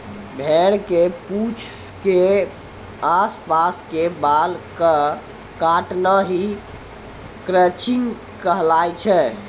भेड़ के पूंछ के आस पास के बाल कॅ काटना हीं क्रचिंग कहलाय छै